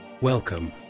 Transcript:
Welcome